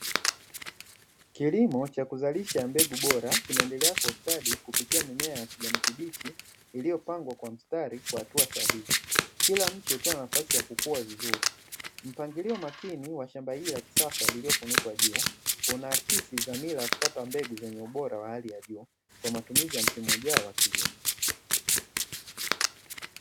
Kilimo cha kuzalisha begu bora cha Kijani kibichi, kilicho pangwa kwa mstari kila mche ukiwa umepangiliwa kwa mstari maalumu, inahakisi kupata mbegu bora kwa ajiri ya matumizi ya msimu ujao.